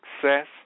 success